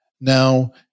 Now